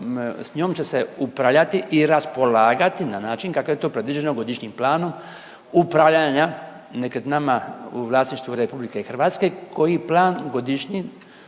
s njom će se upravljati i raspolagati na način kako je to predviđeno godišnjim planom upravljanja nekretninama u vlasništvu RH koji plan godišnji